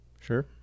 Sure